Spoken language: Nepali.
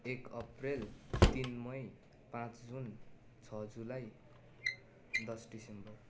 एक अप्रेल तिन मई पाँच जुन छ जुलाई दस दिसम्बर